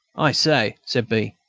i say! said b,